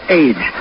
age